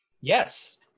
Yes